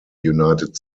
united